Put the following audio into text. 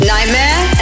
Nightmare